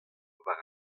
war